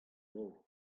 nor